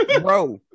Bro